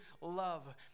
love